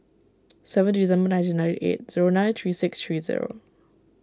seventeen December nineteen ninety eight zero nine three six three zero